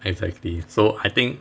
exactly so I think